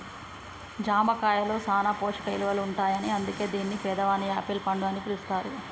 జామ కాయలో సాన పోషక ఇలువలుంటాయని అందుకే దీన్ని పేదవాని యాపిల్ పండు అని పిలుస్తారు